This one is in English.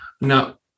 Now